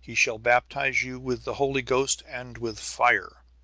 he shall baptize you with the holy ghost and with fire.